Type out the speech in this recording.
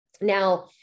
Now